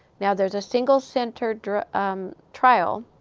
now, there's a single-centered um trial